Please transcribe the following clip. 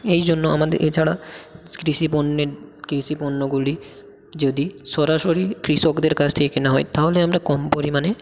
এই জন্য আমাদের এছাড়া কৃষি পণ্যের কৃষি পণ্যগুলি যদি সরাসরি কৃষকদের কাছ থেকে কেনা হয় তাহলে আমরা কম পরিমাণে